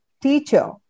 teacher